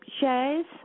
shares